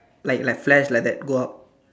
like like flash like that go out